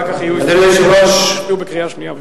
אחר כך יהיו הסתייגויות בקריאה שנייה ושלישית.